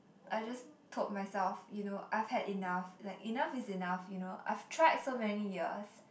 I just told myself you know I've had enough like enough is enough you know I've tried so many years